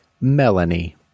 Melanie